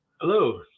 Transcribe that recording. hello